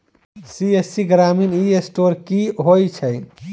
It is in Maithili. सी.एस.सी ग्रामीण ई स्टोर की होइ छै?